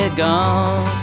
gone